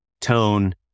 tone